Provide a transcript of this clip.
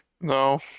No